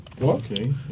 Okay